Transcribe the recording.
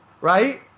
right